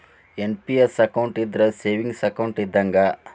NPS account ಇದ್ರ savings account ಇದ್ದಂಗ